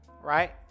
right